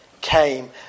came